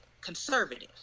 conservative